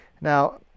Now